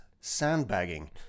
sandbagging